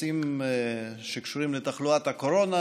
נושאים שקשורים לתחלואת הקורונה,